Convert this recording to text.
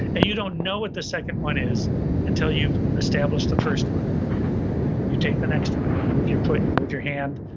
and you don't know what the second one is until you've established the first one. and then you take the next one, you move your foot, you move your hand,